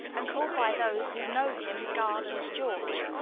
and called by those who know him garland's george.